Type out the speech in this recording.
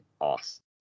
awesome